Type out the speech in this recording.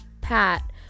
pat